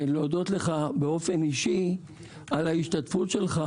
תרשה לי להודות לך באופן אישי על ההשתתפות שלך